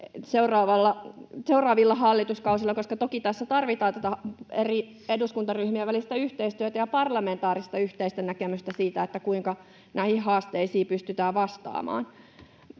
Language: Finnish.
seuraavilla hallituskausilla, koska toki tässä tarvitaan eri eduskuntaryhmien välistä yhteistyötä ja parlamentaarista yhteistä näkemystä siitä, kuinka näihin haasteisiin pystytään vastaamaan.